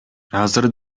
азыр